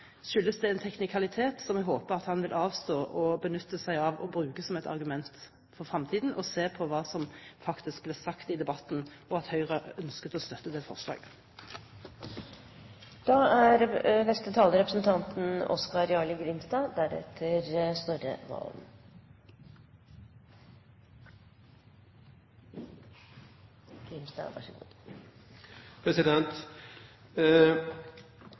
det en teknikalitet som jeg håper han vil avstå fra å benytte seg av og bruke som et argument i fremtiden, og heller ser på hva som faktisk ble sagt i debatten; at Høyre ønsket å støtte det forslaget.